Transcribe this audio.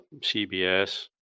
CBS